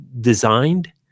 designed